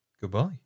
Goodbye